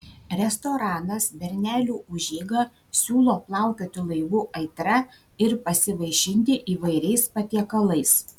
restoranas bernelių užeiga siūlo plaukioti laivu aitra ir pasivaišinti įvairiais patiekalais